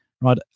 right